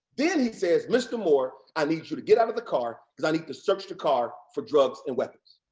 then he says, mr. moore, i need you to get out of the car because i need to search to car for drugs and weapons.